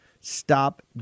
stop